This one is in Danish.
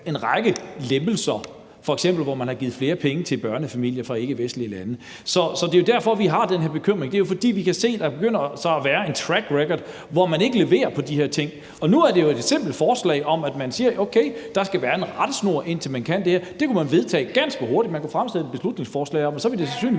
en række lempelser, f.eks. hvor man har givet flere penge til børnefamilier fra ikkevestlige lande. Så det er jo derfor, vi har den her bekymring. Vi kan se, at der begynder at være en track record, hvor man ikke leverer på de her ting. Nu er det jo et simpelt forslag om, at, okay, der skal være en rettesnor, indtil man kan det. Det kunne man vedtage ganske hurtigt. Man kunne fremsætte et beslutningsforslag om det, og så ville det sandsynligvis